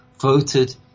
voted